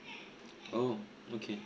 oh okay